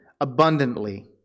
abundantly